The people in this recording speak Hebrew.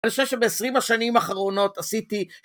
אני חושב שבעשרים השנים האחרונות עשיתי...